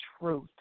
truth